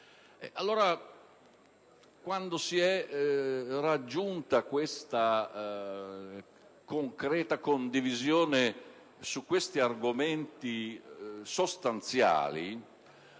Quando si è allora raggiunta la concreta condivisione su questi argomenti sostanziali,